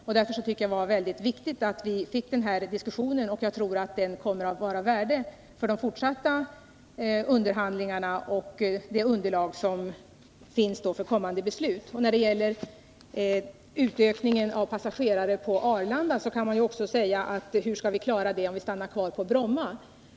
Jag tycker att det är mycket viktigt att vi fick den här diskussionen, som nog kan vara av värde för de fortsatta underhandlingarna och det kommande beslutet. När det gäller utökningen av antalet passagerare på Arlanda kan man fråga sig hur man skall kunna klara detta, om vi stannar kvar på Bromma.